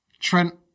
Trent